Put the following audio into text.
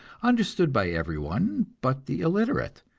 understood by everyone but the illiterate?